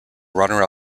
runner